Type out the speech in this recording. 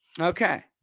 okay